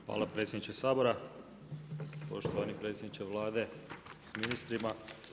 Hvala predsjedniče Sabora, poštovani predsjedniče Vlade s ministrima.